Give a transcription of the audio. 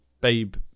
babe